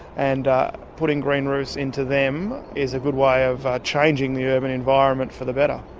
and putting green roofs into them is a good way of changing the urban environment for the better.